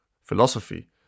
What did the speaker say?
philosophy